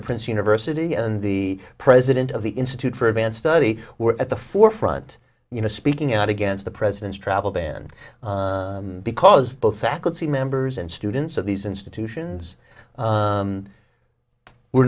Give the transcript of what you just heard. of prince university and the president of the institute for advanced study were at the forefront you know speaking out against the president's travel ban because both faculty members and students of these institutions we're